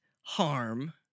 harm